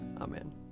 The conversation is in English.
Amen